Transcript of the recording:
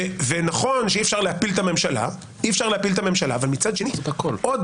נכון שאי אפשר להפיל את הממשלה אבל מצד שני עוד